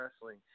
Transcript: wrestling